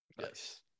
Yes